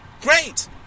Great